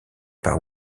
par